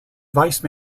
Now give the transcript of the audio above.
vice